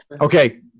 Okay